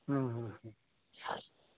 ہوں ہوں